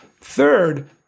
Third